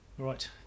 Right